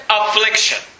affliction